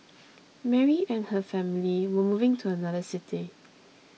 Mary and her family were moving to another city